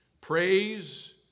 Praise